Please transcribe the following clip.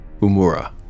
Umura